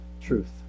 Truth